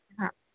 हां